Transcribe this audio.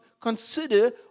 consider